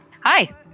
Hi